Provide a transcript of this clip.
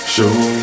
Show